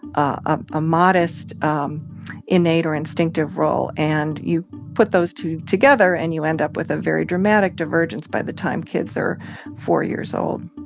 a ah modest um innate or instinctive role. and you put those two together, and you end up with a very dramatic divergence by the time kids are four years old